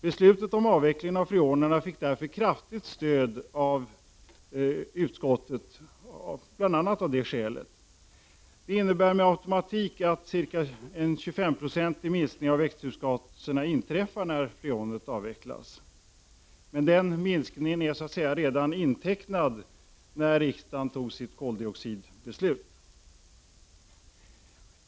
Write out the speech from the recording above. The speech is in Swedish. Beslutet om avveckling av freonerna fick kraftigt stöd i utskottet bl.a. av det skälet. Detta innebär med automatik en ca 25-procentig minskning av växthusgaserna. Den minskningen var alltså intecknad när riksdagen tog sitt beslut om koldioxiden.